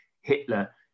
Hitler